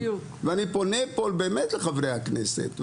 אני פונה פה אל חברי הכנסת,